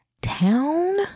town